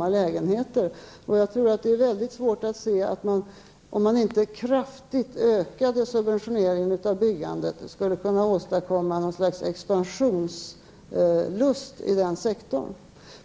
och lägenheter. Jag tror att det är mycket svårt att se att man utan kraftigt ökad subventionering av byggandet skulle kunna åstadkomma något slags expansionslust i den sektorn.